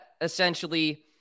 essentially